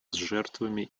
жертвами